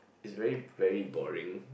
it's very very boring